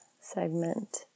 segment